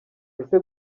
ese